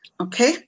Okay